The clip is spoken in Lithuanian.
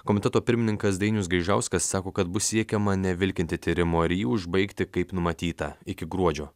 komiteto pirmininkas dainius gaižauskas sako kad bus siekiama nevilkinti tyrimo ir jį užbaigti kaip numatyta iki gruodžio